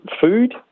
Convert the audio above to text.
food